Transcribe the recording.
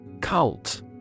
Cult